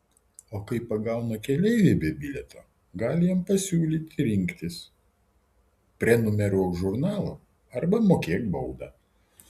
o kai pagauna keleivį be bilieto gali jam pasiūlyti rinktis prenumeruok žurnalą arba mokėk baudą